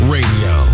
Radio